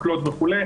מקלות וכו'.